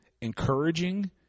encouraging